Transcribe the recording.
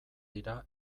dira